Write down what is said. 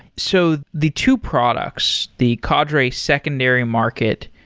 so the two products, the cadre secondary market,